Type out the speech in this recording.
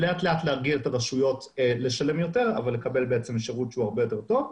ולאט-לאט להרגיל את הרשויות לשלם יותר אבל לקבל שירות הרבה יותר טוב.